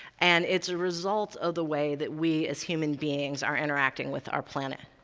and it's a result of the way that we, as human beings, are interacting with our planet.